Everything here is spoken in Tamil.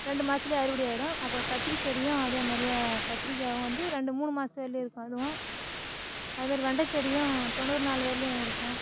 ரெண்டு மாதத்துலயே அறுவடை ஆகிடும் அப்புறம் கத்திரி செடியும் அதே மாதிரியே கத்திரிக்காயும் வந்து ரெண்டு மூணு மாசத்து வர்லேயும் இருக்கும் அதுவும் அது மாரி வெண்டை செடியும் தொண்ணூறு நாள் வர்லேயும் இருக்கும்